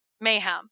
mayhem